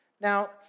Now